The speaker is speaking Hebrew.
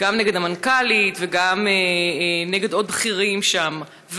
גם נגד המנכ"לית וגם נגד עוד בכירים שם,